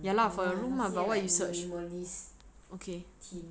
I don't know eh I only see minimalist theme